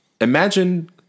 Imagine